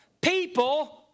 People